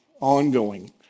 ongoing